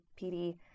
PD